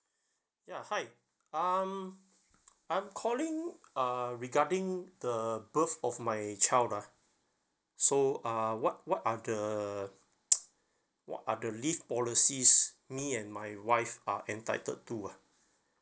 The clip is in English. ya hi um I'm calling uh regarding the birth of my child ah so uh what what are the what are the leave policies me and my wife are entitled to ah